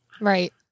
Right